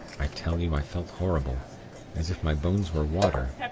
i tell you, i felt horrible as if my bones were water.